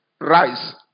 rise